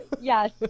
yes